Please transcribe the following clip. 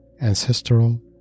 ancestral